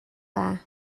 dda